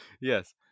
Yes